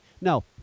No